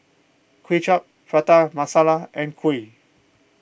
Kuay Chap Prata Masala and Kuih